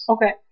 Okay